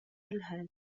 الهاتف